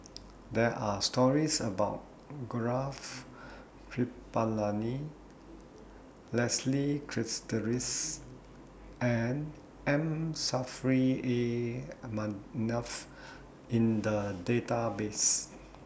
There Are stories about Gaurav Kripalani Leslie Charteris and M Saffri A in The Database